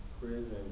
Prison